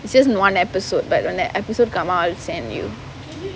it's just one episode but when the episode come out I'll send you